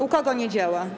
U kogo nie działa?